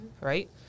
right